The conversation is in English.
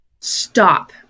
stop